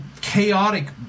chaotic